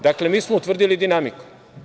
Dakle, mi smo utvrdili dinamiku.